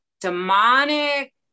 demonic